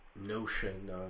notion